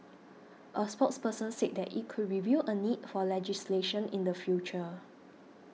a spokesperson said that it could review a need for legislation in the future